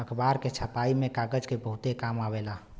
अखबार के छपाई में कागज के बहुते काम आवेला